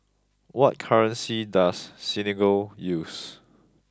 what currency does Senegal use